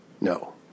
No